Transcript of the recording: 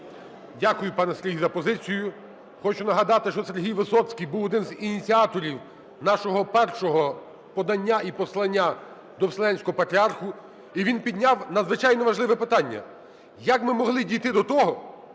Дякую, пане Сергій, за позицію. Хочу нагадати, що Сергій Висоцький був одним з ініціаторів нашого першого подання і послання до Вселенського Патріарха, і він підняв надзвичайно важливе питання: як ми могли дійти до того,